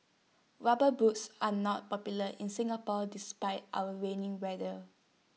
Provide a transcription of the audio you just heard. rubber boots are not popular in Singapore despite our rainy weather